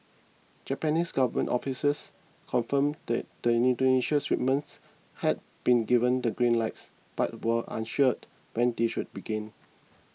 Japanese government officials confirmed that the Indonesian shipments had been given the green lights but were unsure when they should begin